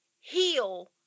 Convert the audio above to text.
heal